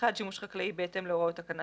שימוש חקלאי בהתאם להוראות תקנה